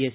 S